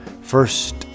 First